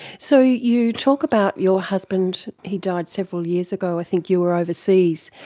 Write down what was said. so you talk about your husband, he died several years ago, i think you were overseas,